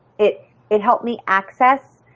it it helped me access